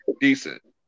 decent